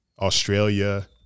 Australia